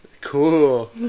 Cool